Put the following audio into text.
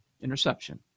Interception